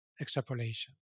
extrapolation